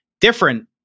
different